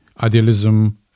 idealism